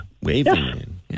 waving